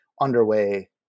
underway